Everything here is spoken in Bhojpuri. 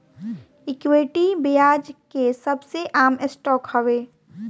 इक्विटी, ब्याज के सबसे आम स्टॉक हवे